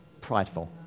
prideful